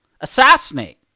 assassinate